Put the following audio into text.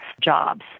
jobs